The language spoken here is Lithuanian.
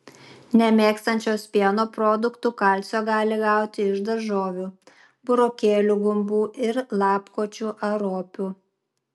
nemėgstančios pieno produktų kalcio gali gauti iš daržovių burokėlių gumbų ir lapkočių ar ropių